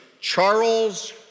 Charles